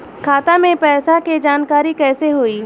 खाता मे पैसा के जानकारी कइसे होई?